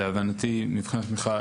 להבנתי מבחני התמיכה,